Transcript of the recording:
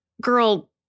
girl